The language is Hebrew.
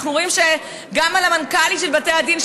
אנחנו רואים שגם על המנכ"לים של בתי הדין,